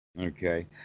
okay